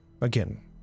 Again